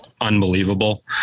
unbelievable